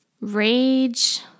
rage